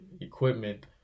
equipment